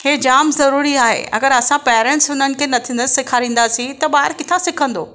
हे जामु ज़रूरी आहे अगरि असां पेरेंट्स हुननि खे न न सेखारींदासीं त ॿारु किथां सिखंदो